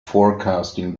forecasting